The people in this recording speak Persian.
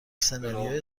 سناریوی